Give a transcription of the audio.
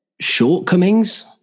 shortcomings